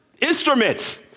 instruments